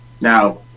Now